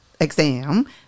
exam